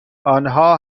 آنها